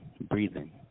breathing